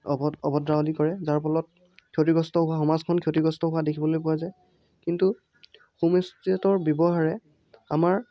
অভদ অভদ্ৰামী কৰে যাৰ ফলত ক্ষতিগ্ৰস্ত হোৱা সমাজখন ক্ষতিগ্ৰস্ত হোৱা দেখিবলৈ পোৱা যায় কিন্তু হোমষ্টেৰ ব্যৱহাৰে আমাৰ